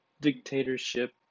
dictatorship